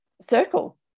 circle